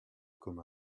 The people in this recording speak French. comme